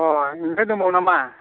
अ आमफ्राइ दंबाव नामा